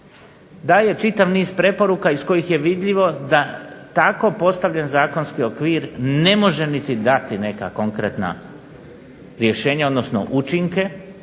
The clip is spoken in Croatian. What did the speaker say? daje čitav niz preporuka iz kojih je vidljivo da tako postavljen zakonski okvir ne može niti dati neka konkretna rješenja, odnosno učinke